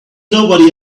nobody